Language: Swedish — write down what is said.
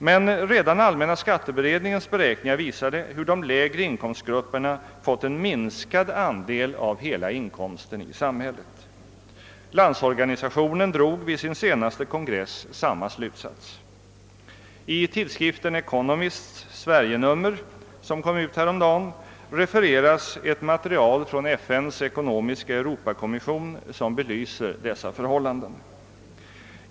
Men redan allmänna skatteberedningens beräkningar visade hur de lägre inkomstgrupperna erhållit en minskad andel av hela inkomsten i samhället. Landsorganisationen drog vid sin senaste kongress samma slutsats. I det Sverige-nummer av tidskriften Economist, som kom ut häromdagen, refereras ett material från FN:s Ekonomiska kommission för Europa, som belyser dessa förhållanden.